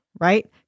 right